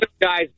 guys